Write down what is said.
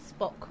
Spock